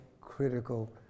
critical